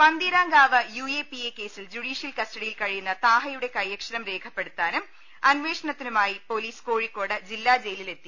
Pantheerankavu U A P A കേസിൽ judicial custody യിൽ കഴിയുന്ന താഹയുടെ കയ്യക്ഷരം രേഖപ്പെടുത്താനും അന്വേ ഷണത്തിനുമായി പൊലീസ് കോഴിക്കോട് ജില്ലാ ജയിലിലെത്തി